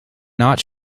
not